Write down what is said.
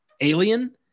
Alien